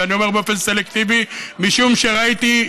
ואני אומר "באופן סלקטיבי" משום שראיתי,